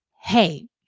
hey